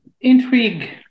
intrigue